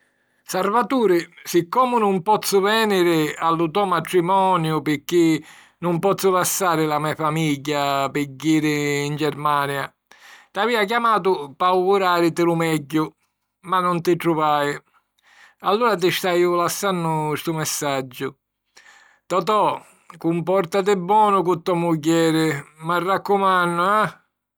Sarvaturi, siccomu nun pozzu vèniri a lu to matrimoniu pirchì nun pozzu làssari la me famigghia pi jiri 'n Germania, t'avìa chiamatu p'auguràriti lu megghiu; ma nun ti truvai. Allura ti staju lassannu stu messaggiu. Totò: cumpòrtati bonu cu to mugghieri, m'arraccumannu; ah?